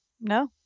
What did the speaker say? No